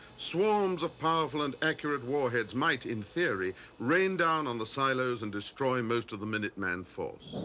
swarms of powerful and accurate warheads might in theory rain down on the silos and destroy most of the minuteman force.